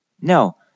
No